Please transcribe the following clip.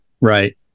right